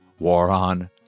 Waron